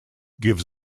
gives